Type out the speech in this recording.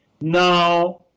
Now